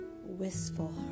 wistful